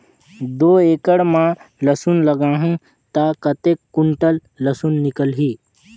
दो एकड़ मां लसुन लगाहूं ता कतेक कुंटल लसुन निकल ही?